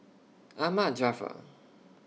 Ahmad Jaafar